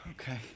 Okay